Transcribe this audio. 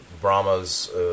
Brahma's